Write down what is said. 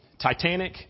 Titanic